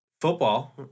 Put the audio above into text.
football